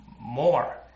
more